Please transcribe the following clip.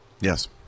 Yes